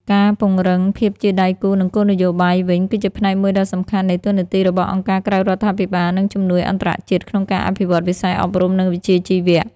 ការពង្រឹងភាពជាដៃគូ និងគោលនយោបាយវិញ គឺជាផ្នែកមួយដ៏សំខាន់នៃតួនាទីរបស់អង្គការក្រៅរដ្ឋាភិបាល និងជំនួយអន្តរជាតិក្នុងការអភិវឌ្ឍវិស័យអប់រំ និងវិជ្ជាជីវៈ។